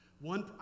One